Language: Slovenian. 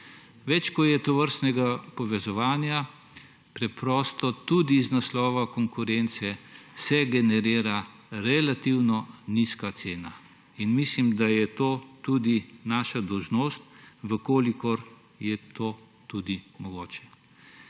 Več kot je tovrstnega povezovanja, se preprosto tudi iz naslova konkurence generira relativno nizka cena. In mislim, da je to tudi naša dolžnost, če je to tudi mogoče.